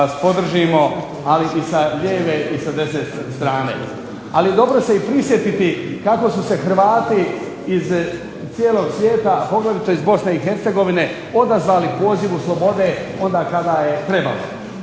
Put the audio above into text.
vas podržimo i sa lijeve i sa desne strane. Ali dobro se prisjetiti kako su se Hrvati iz cijelog svijeta a poglavito iz BIH odazvali pozivu slobode onda kada je trebalo.